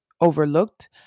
overlooked